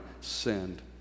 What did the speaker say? send